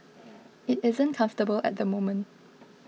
it isn't comfortable at the moment